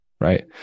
right